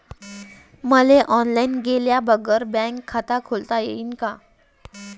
मले ऑनलाईन गेल्या बगर बँकेत खात खोलता येईन का?